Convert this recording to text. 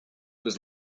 was